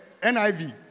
NIV